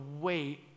wait